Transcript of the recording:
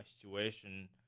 situation